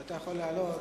אתה יכול לעלות.